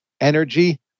energy